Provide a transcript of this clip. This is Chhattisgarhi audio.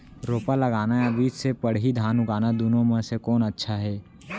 रोपा लगाना या बीज से पड़ही धान उगाना दुनो म से कोन अच्छा हे?